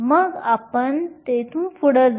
मग आपण तिथून पुढे जाऊ